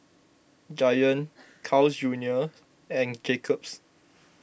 Giant Carl's Junior and Jacob's